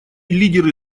лидеры